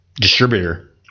distributor